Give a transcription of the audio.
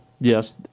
Yes